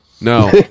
No